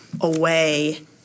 away